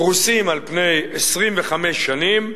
פרוסים על פני 25 שנים,